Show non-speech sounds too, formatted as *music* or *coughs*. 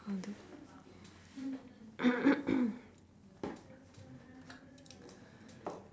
I'll do *coughs*